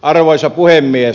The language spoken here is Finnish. arvoisa puhemies